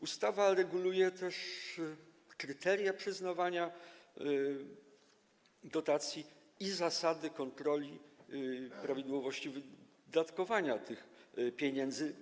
Ustawa reguluje też kryteria przyznawania dotacji i zasady kontroli prawidłowości wydatkowania tych pieniędzy.